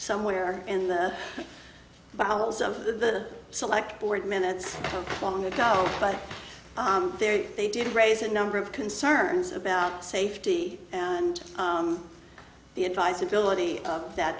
somewhere in the bowels of the select board minutes long ago but there they did raise a number of concerns about safety and the advisability that